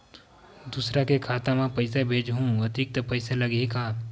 दूसरा के खाता म पईसा भेजहूँ अतिरिक्त पईसा लगही का?